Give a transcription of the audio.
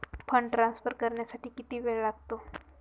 Fund transfer करण्यासाठी किती वेळ लागतो?